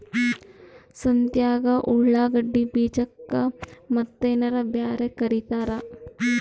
ಸಂತ್ಯಾಗ ಉಳ್ಳಾಗಡ್ಡಿ ಬೀಜಕ್ಕ ಮತ್ತೇನರ ಬ್ಯಾರೆ ಕರಿತಾರ?